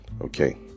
okay